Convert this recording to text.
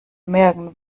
merken